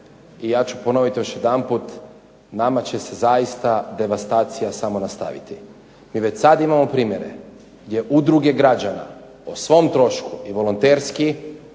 I ja ću ponoviti još jedanput nama će se zaista devastacija samo nastaviti. Mi već sad imamo primjere gdje udruge građana o svom trošku i volonterski